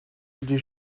les